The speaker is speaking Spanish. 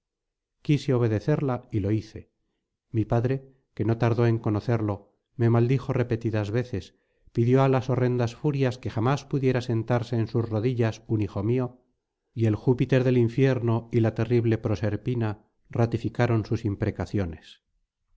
quise obedecerla y lo hice mi padre que no tardó en conocerlo me maldijo repetidas veces pidió á las horrendas furias que jamás pudiera sentarse en sus rodillas un hijo mío y el júpiter del infierno y la terrible proserpina ratificaron sus imprecaciones